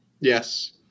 yes